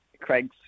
craig's